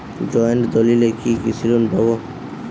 Joint দলিলে কি কৃষি লোন পাব?